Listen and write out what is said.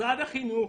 משרד החינוך